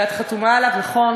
אני, ואת חתומה עליו, נכון.